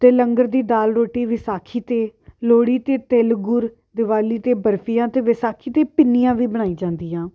ਅਤੇ ਲੰਗਰ ਦੀ ਦਾਲ ਰੋਟੀ ਵਿਸਾਖੀ 'ਤੇ ਲੋਹੜੀ 'ਤੇ ਤਿਲ ਗੁੜ ਦਿਵਾਲੀ 'ਤੇ ਬਰਫ਼ੀਆਂ ਅਤੇ ਵਿਸਾਖੀ 'ਤੇ ਪਿੰਨੀਆਂ ਵੀ ਬਣਾਈ ਜਾਂਦੀਆਂ